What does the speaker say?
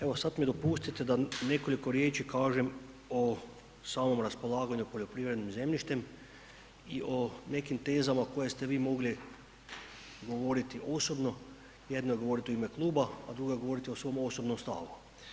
Evo sad mi dopustite da nekoliko riječi kažem o samom raspolaganju poljoprivrednim zemljištem i o nekim tezama koje ste vi mogli govoriti osobno, jedno je govoriti u ime Kluba, a drugo je govoriti o svom osobnom stavu.